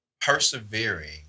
persevering